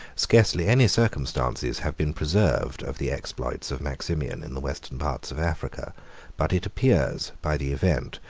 scarcely any circumstances have been preserved of the exploits of maximian in the western parts of africa but it appears, by the event,